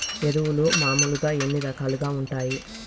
ఎరువులు మామూలుగా ఎన్ని రకాలుగా వుంటాయి?